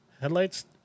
Headlights